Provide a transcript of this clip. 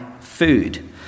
food